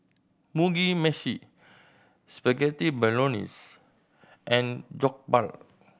Mugi Meshi Spaghetti Bolognese and Jokbal